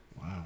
Wow